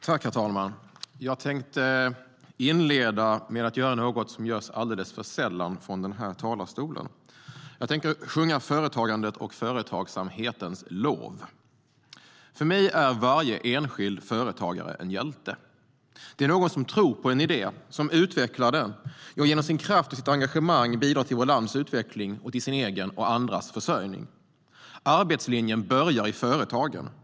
Herr talman! Jag tänker inleda med att göra något som görs alldeles för sällan från den här talarstolen. Jag tänker sjunga företagandets och företagsamhetens lov. För mig är varje enskild företagare en hjälte. Det är någon som tror på en idé, utvecklar den och genom sin kraft och sitt engagemang bidrar till vårt lands utveckling och till sin egen och andras försörjning. Arbetslinjen börjar i företagen.